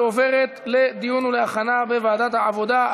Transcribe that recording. לוועדת העבודה,